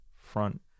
front